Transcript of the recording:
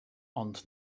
ond